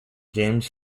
james